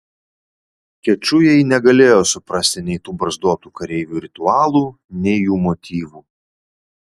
kečujai negalėjo suprasti nei tų barzdotų kareivių ritualų nei jų motyvų